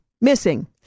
Missing